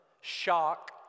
shock